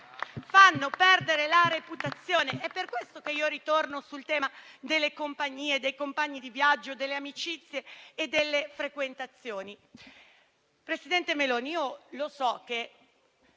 Fanno perdere la reputazione! È per questo che io ritorno sul tema delle compagnie, dei compagni di viaggio, delle amicizie e delle frequentazioni. Presidente Meloni, io so che